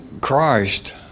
Christ